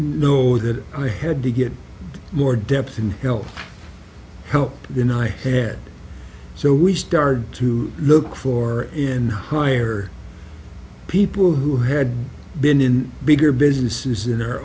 know that i had to get more depth and health help than i had so we started to look for and hire people who had been in bigger businesses in